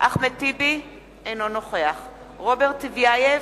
אחמד טיבי, אינו נוכח רוברט טיבייב,